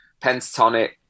pentatonic